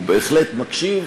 הוא בהחלט מקשיב,